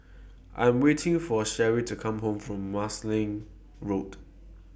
I Am waiting For Sheree to Come Home from Marsiling Road